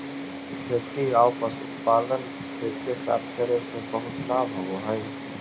खेती आउ पशुपालन एके साथे करे से बहुत लाभ होब हई